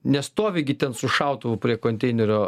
nestovi gi ten su šautuvu prie konteinerio